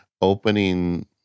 opening